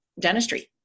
dentistry